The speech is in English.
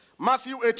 Matthew